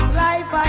life